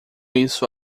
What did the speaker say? isso